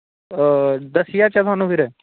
दस्सी आचै तुआनूं फिर